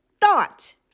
thought